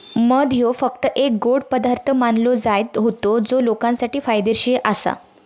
मध ह्यो फक्त एक गोड पदार्थ मानलो जायत होतो जो लोकांसाठी फायदेशीर आसा